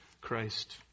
Christ